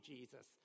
Jesus